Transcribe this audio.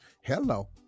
hello